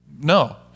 No